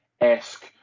esque